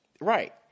right